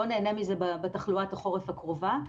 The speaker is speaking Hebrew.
לא נהנה מזה בתחלואת החורף הקרובה.